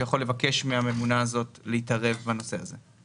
הוא יכול לבקש מהממונה הזאת להתערב בנושא הזה.